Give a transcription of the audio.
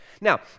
Now